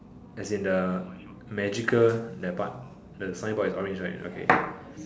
as in the magical that part the signboard is orange right okay